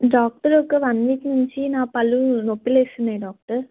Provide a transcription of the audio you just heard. doctor ఒక one week నుంచి నా పళ్ళు నొప్పులేస్తున్నాయి డాక్టర్